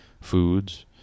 foods